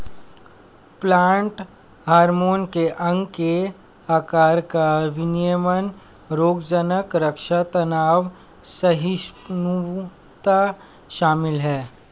plant hormone में अंग के आकार का विनियमन रोगज़नक़ रक्षा तनाव सहिष्णुता शामिल है